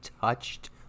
touched